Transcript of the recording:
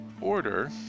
order